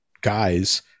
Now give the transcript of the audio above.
guys